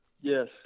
yes